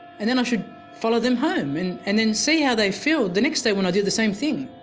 and then i should follow them home and and then see how they feel the next day when i do the same thing.